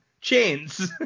chains